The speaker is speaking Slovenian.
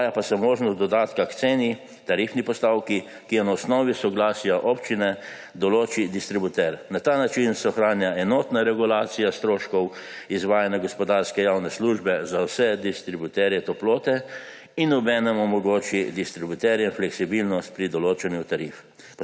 uvaja pa se možnost dodatka k ceni, tarifni postavki, ki jo na osnovi soglasja občine določi distributer. Na ta način se ohranja enotna regulacija stroškov izvajanja gospodarske javne službe za vse distributerje toplote in obenem omogoči distributerjem fleksibilnost pri določanju tarif.